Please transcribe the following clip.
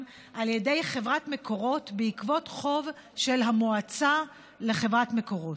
על ידי חברת מקורות בעקבות חוב של המועצה לחברת מקורות.